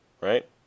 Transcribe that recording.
Right